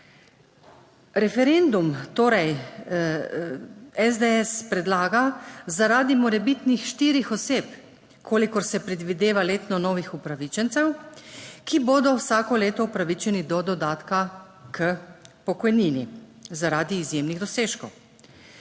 Referendum torej, SDS predlaga, zaradi morebitnih štirih oseb, kolikor se predvideva letno novih upravičencev, ki bodo vsako leto upravičeni do dodatka k pokojnini zaradi izjemnih dosežkov.